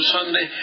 Sunday